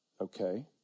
okay